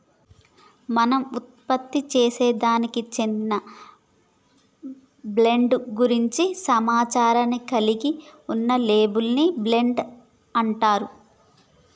మనం ఉత్పత్తిసేసే దానికి చెందిన బ్రాండ్ గురించి సమాచారాన్ని కలిగి ఉన్న లేబుల్ ని బ్రాండ్ అంటారు